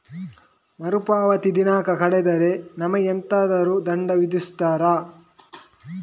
ಮರುಪಾವತಿ ದಿನಾಂಕ ಕಳೆದರೆ ನಮಗೆ ಎಂತಾದರು ದಂಡ ವಿಧಿಸುತ್ತಾರ?